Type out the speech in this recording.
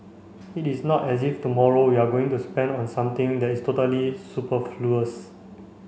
it is not as if tomorrow we are going to spend on something that is totally superfluous